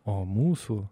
o mūsų